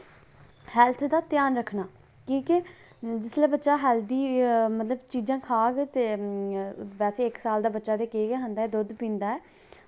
health दा ध्यान रक्खना की के जिसलै बच्चा हैल्दी मतलव चीजां खाह्ग ते बैसे इक साल दा बच्चा केह् गै खंदा ऐ दुध्द गै पींदा ऐ